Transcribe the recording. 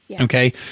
okay